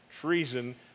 treason